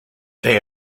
they